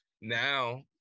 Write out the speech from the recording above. now